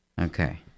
Okay